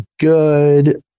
good